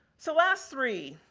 so, last three.